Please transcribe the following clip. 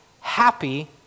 happy